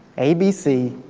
abc,